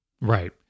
Right